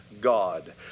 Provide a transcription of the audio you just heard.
God